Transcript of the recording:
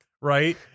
right